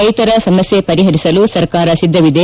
ರೈತರ ಸಮಸ್ನೆ ಪರಿಪರಿಸಲು ಸರ್ಕಾರ ಸಿದ್ದವಿದೆ